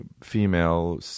female